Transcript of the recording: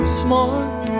smart